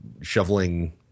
shoveling